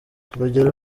urugero